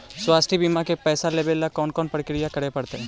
स्वास्थी बिमा के पैसा लेबे ल कोन कोन परकिया करे पड़तै?